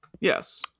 Yes